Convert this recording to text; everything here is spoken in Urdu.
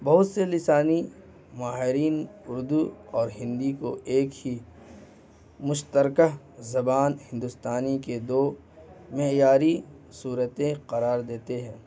بہت سے لسانی ماہرین اردو اور ہندی کو ایک ہی مشترکہ زبان ہندوستانی کے دو معیاری صورتیں قرار دیتے ہیں